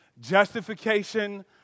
justification